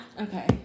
Okay